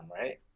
right